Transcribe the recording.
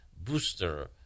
booster